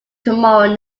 tomorrow